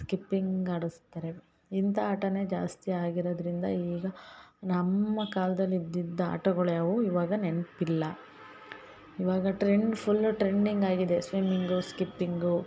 skipping ಆಡಸ್ತಾರೆ ಇಂತ ಆಟನೆ ಜಾಸ್ತಿ ಆಗಿರೊದರಿಂದ ಈಗ ನಮ್ಮ ಕಾಲ್ದಲ್ಲಿ ಇದ್ದಿದ್ದ ಆಟಗಳು ಯಾವು ಇವಾಗ ನೆನಪಿಲ್ಲ ಇವಾಗ ಟ್ರೆಂಡ್ ಫುಲ್ಲು ಟ್ರೆಂಡಿಂಗ್ ಆಗಿದೆ ಸ್ವಿಮಿಂಗು ಸ್ಕಿಪ್ಪಿಂಗು